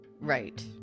Right